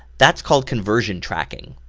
that's called conversion tracking.